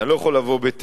אני לא יכול לבוא בטענות.